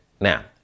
Now